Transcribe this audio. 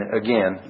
again